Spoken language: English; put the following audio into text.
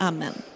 Amen